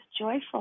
joyful